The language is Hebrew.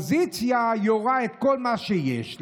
"האופוזיציה יורה את כל מה שיש לה.